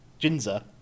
Ginza